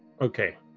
Okay